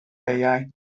beiau